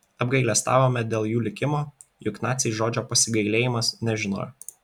apgailestavome dėl jų likimo juk naciai žodžio pasigailėjimas nežinojo